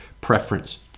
preference